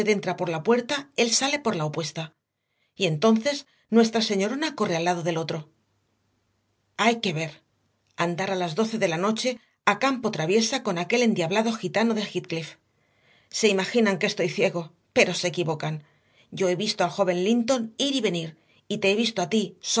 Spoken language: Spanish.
entra por la puerta él sale por la opuesta y entonces nuestra señorona corre al lado del otro hay que ver andar a las doce de la noche a campo traviesa con aquel endiablado gitano de heathcliff se imaginan que estoy ciego pero se equivocan yo he visto al joven linton ir y venir y te he visto a ti